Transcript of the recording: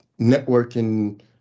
networking